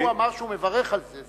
לא, הוא אמר שהוא מברך על זה.